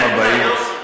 חברתית שהייתה, יוסי.